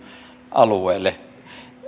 alueelle siellä on